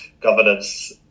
governance